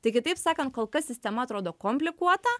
tai kitaip sakant kol kas sistema atrodo komplikuota